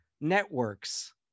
networks